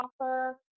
offer